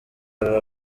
aba